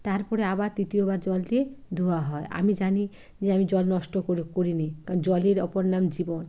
তারপরে আবার তৃতীয়বার জল দিয়ে ধোয়া হয় আমি জানি যে আমি জল নষ্ট করিনি কারণ জলের অপর নাম জীবন